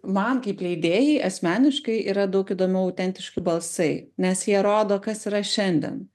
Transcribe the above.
man kaip leidėjai asmeniškai yra daug įdomiau autentiški balsai nes jie rodo kas yra šiandien